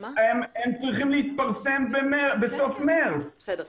הם צריכים להתפרסם בסוף מרץ.